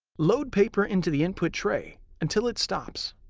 load paper into the input tray until it stops.